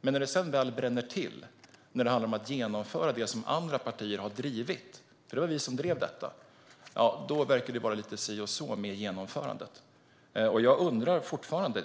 Men när det väl bränner till och när det handlar om att genomföra det som andra partier har drivit - det var vi som drev detta - verkar det vara lite si och så med genomförandet. Jag undrar fortfarande: